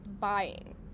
buying